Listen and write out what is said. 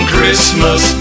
Christmas